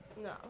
No